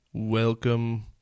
Welcome